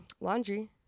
laundry